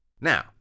Now